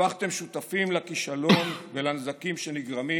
הפכתם שותפים לכישלון ולנזקים שנגרמים